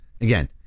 Again